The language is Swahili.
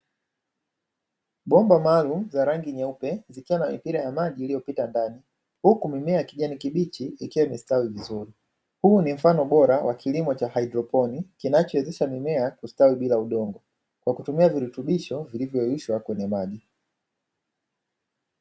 Bomba maalumu za rangi nyeupe zikiwa na mipira ya maji iliyopita ndani, huku mimea ya kijani kibichi ikiwa imestawi vizuri, huu ni mfano mzuri wa kilimo cha haidroponi, kinachowezesha mimea kustawi bila udongo kwa kutumia virutubisho vilivyoyeyushwa kwenye maji.